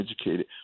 educated